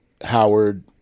howard